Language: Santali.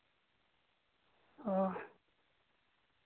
ᱚ ᱻ